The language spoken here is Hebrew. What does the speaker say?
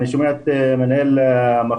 אני שומע את מנהל מחוז